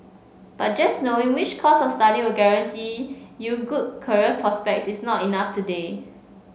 but just knowing which course of study will guarantee you good career prospects is not enough today